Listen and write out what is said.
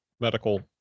medical